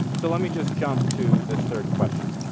so let me just jump to this third question.